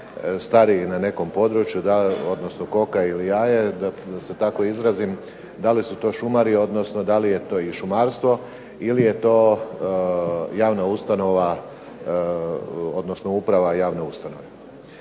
stariji na nekom području, odnosno koka ili jaje, da se tako izrazim da li su to šumari, da li je to šumarstvo ili je to javna ustanova odnosno uprava javne ustanove.